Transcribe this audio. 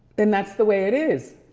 and that's the way it is.